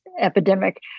epidemic